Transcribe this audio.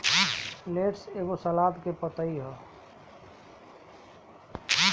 lettuce एगो सलाद के पतइ ह